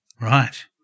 Right